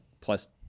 plus